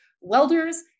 Welders